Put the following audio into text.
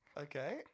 Okay